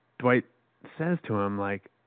dwight says to him, like,